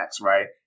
right